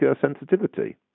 sensitivity